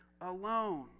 alone